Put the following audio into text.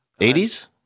80s